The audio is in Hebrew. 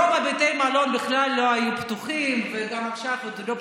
רוב בתי המלון בכלל לא היו פתוחים וגם עכשיו עוד לא פתוחים,